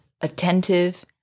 attentive